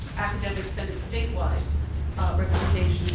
and extended statewide recommendation.